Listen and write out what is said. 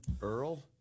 Earl